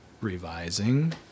revising